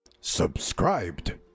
Subscribed